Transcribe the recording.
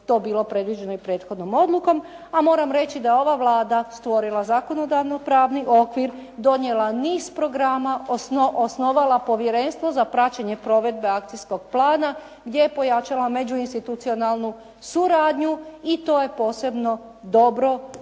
to bilo predviđeno i prethodnom odlukom a moram reći da je ova Vlada stvorila zakonodavno-pravni okvir, donijela niz programa, osnovala Povjerenstvo za praćenje provedbe akcijskog plana gdje je pojačala međuinstitucionalnu suradnju i to je posebno dobro ocijenjeno